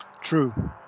True